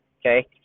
okay